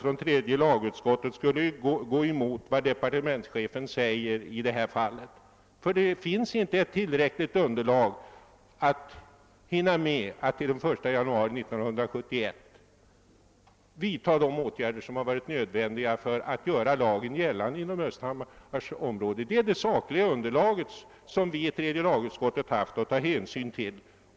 Men då ett sådant utredningsmaterial inte föreligger före den 1 januari 1971 är det heller f. n. inte möjligt att nu göra lagen gällande inom Östhammars område. Detta är det sakliga underlag som vi i tredje lagutskottet haft att ta hänsyn till.